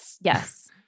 Yes